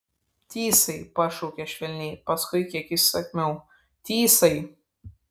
tysai pašaukė švelniai paskui kiek įsakmiau tysai